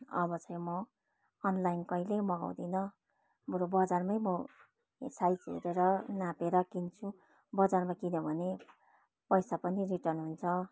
अब चाहिँ म अनलाइन कहिले मगाउँदिनँ बरू बजारमै म साइजहरू हेरेर नापेर किन्छु बजारमा किन्यो भने पैसा पनि रिटर्न हुन्छ